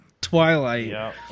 Twilight